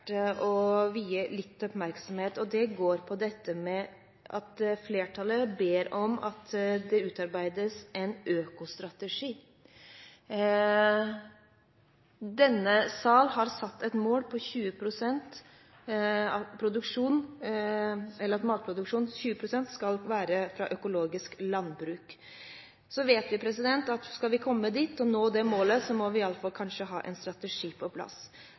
å vie litt oppmerksomhet, og det går på at flertallet ber om at det utarbeides en økostrategi. Denne salen har satt et mål om at 20 pst. av matproduksjonen skal være fra økologisk landbruk. Så vet vi at skal vi komme dit og nå dette målet, må vi kanskje ha en strategi på plass.